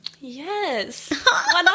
Yes